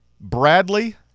Bradley